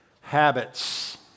Habits